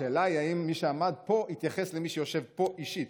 השאלה היא אם מי שעמד פה התייחס למי שיושב פה אישית.